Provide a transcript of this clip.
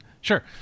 sure